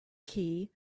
key